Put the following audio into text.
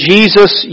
Jesus